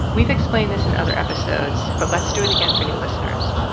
we've explained this in other episodes, but let's do it again for new listeners.